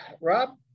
Rob